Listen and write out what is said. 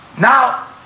now